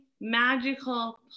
magical